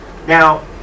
Now